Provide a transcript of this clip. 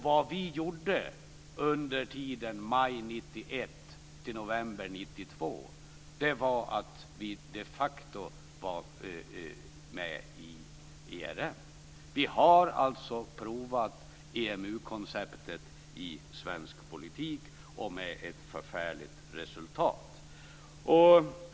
Vad vi gjorde under tiden maj 1991 till november 1992 var att vi de facto var med i ERM. Vi har alltså provat EMU-konceptet i svensk politik med ett förfärligt resultat.